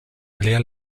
valia